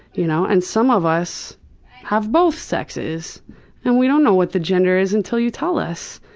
you know and some of us have both sexes and we don't know what the gender is until you tell us.